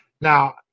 Now